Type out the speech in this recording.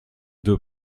deux